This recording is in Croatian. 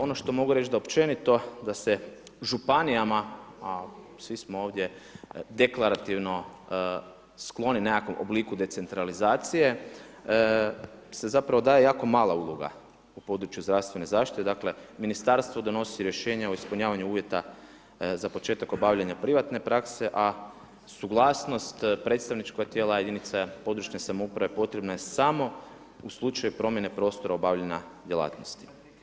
Ono što mogu reći da općenito, da se županijama a svi smo ovdje deklarativno skloni nekakvom obliku decentralizacije se zapravo daje jako mala uloga na području zdravstvene zaštite, dakle Ministarstvo donosi rješenje o ispunjavanju uvjeta za početak obavljanja privatne prakse a suglasnost predstavničkoga tijela jedinica područne samouprave, potrebno je samo u slučaju promjene prostora obavljanja djelatnosti.